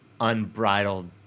unbridled